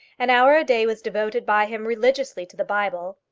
an hour a day was devoted by him religiously to the bible.